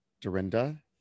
Dorinda